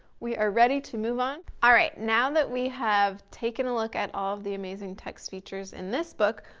we are ready to move on. all right, now that we have, taken a look at all of the amazing text features, in this book,